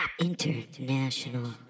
International